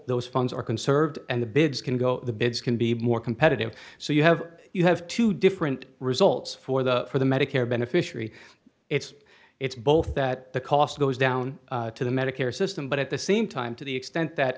those funds are conserved and the bids can go the bids can be more competitive so you have you have two different results for the for the medicare beneficiary it's it's both that the cost goes down to the medicare system but at the same time to the extent that